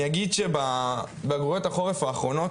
אני אגיד שבבגרויות החורף האחרונות,